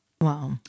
Wow